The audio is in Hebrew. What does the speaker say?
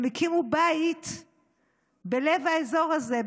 הם הקימו בית בלב האזור הזה,